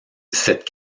cette